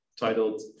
titled